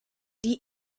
die